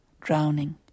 drowning